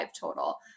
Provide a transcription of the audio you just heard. total